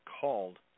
called